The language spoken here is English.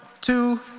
two